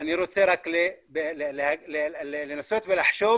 אני רוצה רק לנסות ולחשוב